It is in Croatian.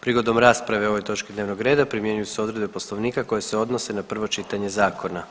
Prigodom rasprave o ovoj točki dnevnog reda primjenjuju se odredbe Poslovnika koje se odnose na prvo čitanje zakona.